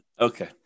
Okay